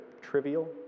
trivial